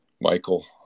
Michael